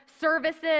services